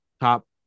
top